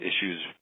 issues